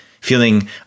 feeling